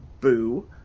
Boo